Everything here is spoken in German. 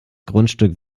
grundstück